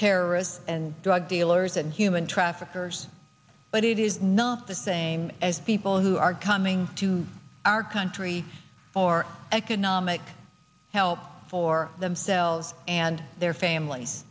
terrorists and drug dealers and human traffickers but it is not the same as people who are coming to our country or economic help for themselves and their families